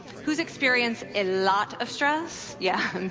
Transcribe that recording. has experienced a lot of stress? yeah.